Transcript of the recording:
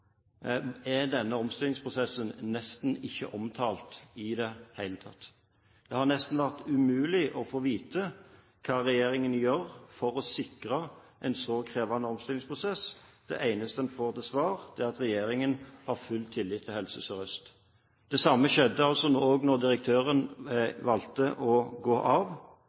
er denne omstillingsprosessen nesten ikke omtalt i det hele tatt. Det har nesten vært umulig å få vite hva regjeringen gjør for å sikre en så krevende omstillingsprosess. Det eneste en får til svar, er at regjeringen har full tillit til Helse Sør-Øst. Det samme skjedde nå, da direktøren valgte å gå av.